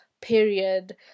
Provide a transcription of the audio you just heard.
period